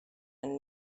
and